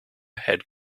had